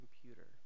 computer